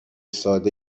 ساده